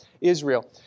Israel